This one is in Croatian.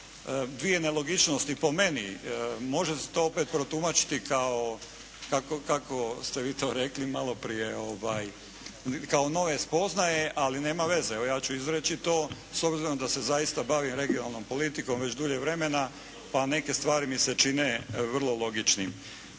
dvije nelogičnosti po meni, može se to opet protumačiti kako ste vi to rekli malo prije, kao nove spoznaje, ali nema veze evo ja ću izreći to, s obzirom da se zaista bavim regionalnom politikom već dulje vremena pa neke stvari mi se čine vrlo logičnim.